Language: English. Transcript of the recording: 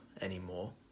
anymore